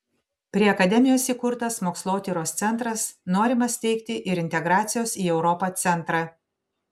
prie akademijos įkurtas mokslotyros centras norima steigti ir integracijos į europą centrą